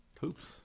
Hoops